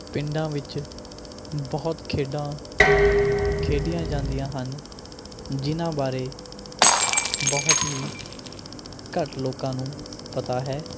ਪਿੰਡਾਂ ਵਿੱਚ ਬਹੁਤ ਖੇਡਾਂ ਖੇਡੀਆਂ ਜਾਂਦੀਆਂ ਹਨ ਜਿਨਾਂ ਬਾਰੇ ਬਹੁਤ ਹੀ ਘੱਟ ਲੋਕਾਂ ਨੂੰ ਪਤਾ ਹੈ